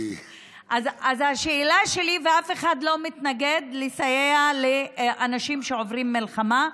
אף אחד לא מתנגד לסייע לאנשים שעוברים מלחמה,